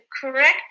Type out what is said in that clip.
correct